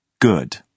Good